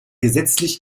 gesetzlich